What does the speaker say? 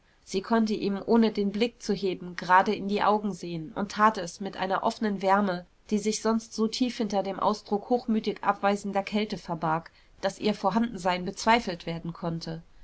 sie konnte ihm ohne den blick zu heben gerade in die augen sehen und tat es mit einer offenen wärme die sich sonst so tief hinter dem ausdruck hochmütig abweisender kälte verbarg daß ihr vorhandensein bezweifelt werden konnte